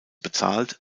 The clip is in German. bezahlt